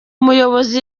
muyobozi